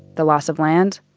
the loss of land?